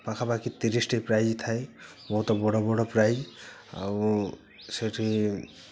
ପାଖାପାଖି ତିରିଶିଟି ପ୍ରାଇଜ୍ ଥାଏ ବହୁତ ବଡ଼ ବଡ଼ ପ୍ରାଇଜ୍ ଆଉ ସେଇଠି